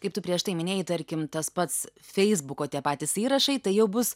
kaip tu prieš tai minėjai tarkim tas pats feisbuko tie patys įrašai tai jau bus